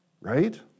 right